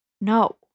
No